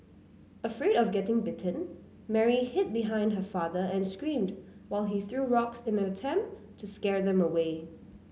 afraid of getting bitten Mary hid behind her father and screamed while he threw rocks in an attempt to scare them away